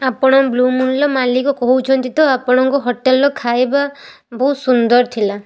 ଆପଣ ବ୍ଲୁମୁନ୍ର ମାଲିକ କହୁଛନ୍ତି ତ ଆପଣଙ୍କ ହୋଟେଲ୍ର ଖାଇବା ବହୁତ ସୁନ୍ଦର ଥିଲା